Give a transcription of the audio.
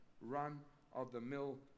run-of-the-mill